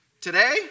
Today